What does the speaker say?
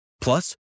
Plus